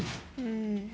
mm